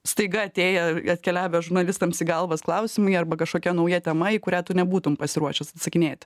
staiga atėję atkeliavę žurnalistams galvas klausimai arba kažkokia nauja tema į kurią tu nebūtum pasiruošęs atsakinėti